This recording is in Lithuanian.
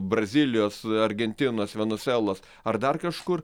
brazilijos argentinos venesuelos ar dar kažkur